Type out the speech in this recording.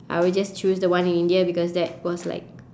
I will just choose that one in india because that was like